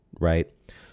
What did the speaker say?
right